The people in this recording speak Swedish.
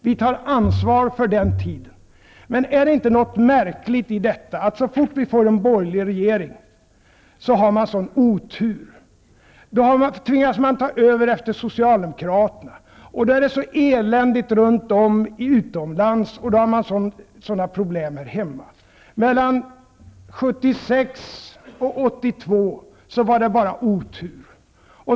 Vi tar ansvar för den tiden. Men är det inte något märkligt i att så fort vi får en borgerlig regering har man en sådan otur? Då tvingas man ta över efter Socialdemokraterna, och då är det så eländigt runt om utomlands, och då har man sådana problem här hemma. Mellan 1976 och 1982 var det bara otur.